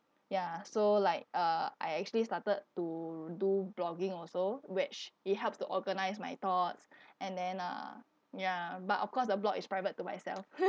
ya so like uh I actually started to do blogging also which it helps to organise my thoughts and then uh ya but of course the blog is private to myself